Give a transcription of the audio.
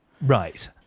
Right